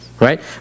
right